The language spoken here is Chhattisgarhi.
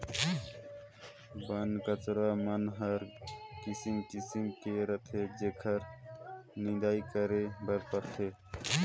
बन कचरा मन हर किसिम किसिम के रहथे जेखर निंदई करे बर परथे